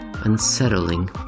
unsettling